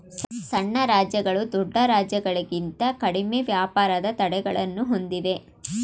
ಸಣ್ಣ ರಾಜ್ಯಗಳು ದೊಡ್ಡ ರಾಜ್ಯಗಳಿಂತ ಕಡಿಮೆ ವ್ಯಾಪಾರದ ತಡೆಗಳನ್ನು ಹೊಂದಿವೆ